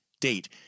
date